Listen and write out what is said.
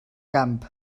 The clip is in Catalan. camp